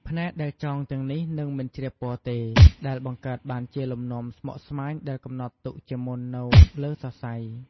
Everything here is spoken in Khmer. ផ្នែកដែលចងទាំងនេះនឹងមិនជ្រាបពណ៌ទេ ដែលបង្កើតបានជាលំនាំស្មុគស្មាញដែលកំណត់ទុកជាមុននៅលើសរសៃ។